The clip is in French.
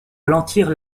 ralentir